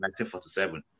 1947